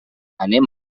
anem